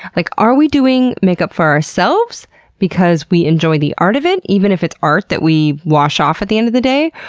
like, are we doing our makeup for ourselves because we enjoy the art of it? even if it's art that we wash off at the end of the day?